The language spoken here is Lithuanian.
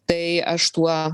tai aš tuo